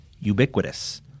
ubiquitous